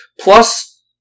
plus